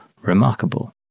remarkable